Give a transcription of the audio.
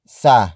sa